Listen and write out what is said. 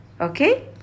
Okay